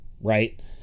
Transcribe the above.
right